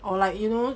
or like you know